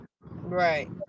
Right